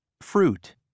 fruit